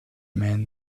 men